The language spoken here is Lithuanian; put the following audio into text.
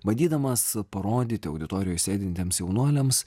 bandydamas parodyti auditorijoj sėdintiems jaunuoliams